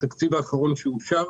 התקציב האחרון שאושר,